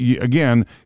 again